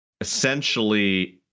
essentially